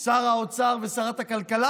שר האוצר ושרת הכלכלה?